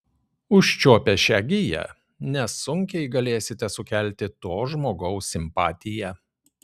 užčiuopę šią giją nesunkiai galėsite sukelti to žmogaus simpatiją